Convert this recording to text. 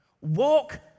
walk